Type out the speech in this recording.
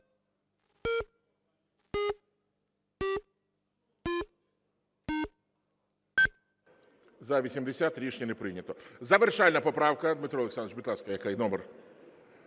За-80 Рішення не прийнято. Завершальна поправка, Дмитро Олександрович, будь ласка, яка, номер.